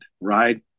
right